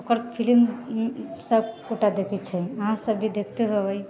ओकर फिलिम सबगोटा देखै छै अहाँसब भी देखते हेबै